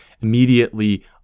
immediately